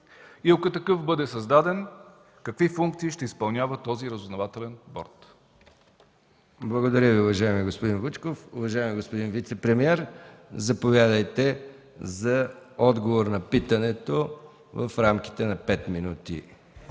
и ако такъв бъде създаден, какви функции ще изпълнява този разузнавателен борд? ПРЕДСЕДАТЕЛ МИХАИЛ МИКОВ: Благодаря Ви, уважаеми господин Вучков. Уважаеми господин вицепремиер, заповядайте за отговор на питането в рамките на пет минути.